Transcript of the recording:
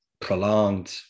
prolonged